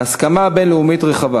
ההסכמה הבין-לאומית הרחבה